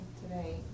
today